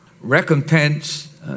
Recompense